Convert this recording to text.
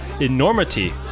Enormity